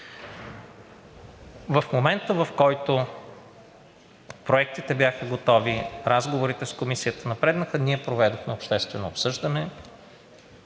В момента, в който проектите бяха готови, разговорите с Комисията напреднаха, ние проведохме обществено обсъждане,